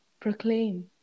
Proclaim